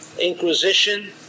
Inquisition